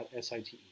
SITE